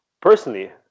personally